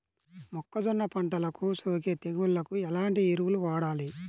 మొక్కజొన్న పంటలకు సోకే తెగుళ్లకు ఎలాంటి ఎరువులు వాడాలి?